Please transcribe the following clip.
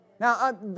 Now